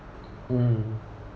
mm